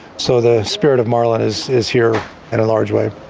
so the spirit of marlon is is here in a large way.